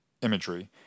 imagery